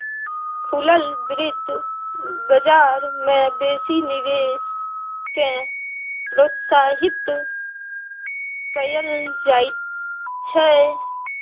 खुलल बित्त बजार मे बेसी निवेश केँ प्रोत्साहित कयल जाइत छै